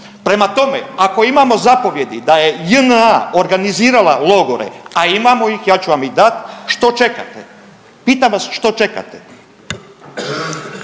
Prema tome, ako imamo zapovjedi da je JNA organizirala logore, a imamo ih ja ću vam ih dati, što čekate. Pitam vas što čekate?